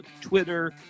Twitter